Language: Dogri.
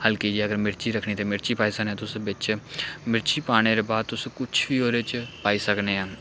हल्की जेही अगर मिर्ची रक्खनी ते मिर्ची पाई सकने तुस बिच्च मिर्ची पाने दे बाद तुस कुछ बी ओह्दे च पाई सकने आं